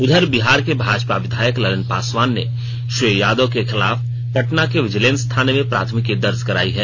उधर बिहार के भाजपा विधायक ललन पासवान ने श्री यादव के खिलाफ पटना के विजिलेंस थाने में प्राथमिकी दर्ज करायी है